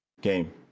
game